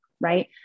Right